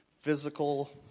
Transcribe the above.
Physical